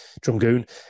Drumgoon